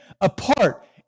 apart